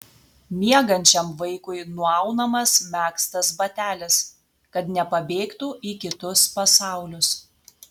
miegančiam vaikui nuaunamas megztas batelis kad nepabėgtų į kitus pasaulius